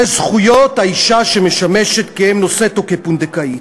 זה זכויות האישה שמשמשת כאם נושאת או כפונדקאית.